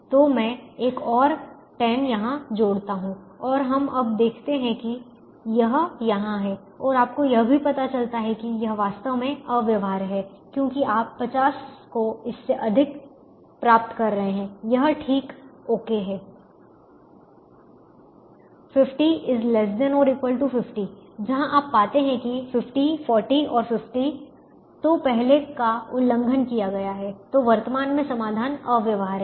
तो मैं एक और 10 यहाँ जोड़ता हूं तो हम अब देखते हैं कि यह यहाँ है और आपको यह भी पता चलता है कि यह वास्तव में अव्यवहार्य है क्योंकि आप 50 को इससे अधिक प्राप्त कर रहे हैं यह ठीक है 50 ≤ 50 यहाँ आप पाते हैं कि 50 40 और 50 तो पहले का उल्लंघन किया गया है तो वर्तमान में समाधान अव्यवहार्य है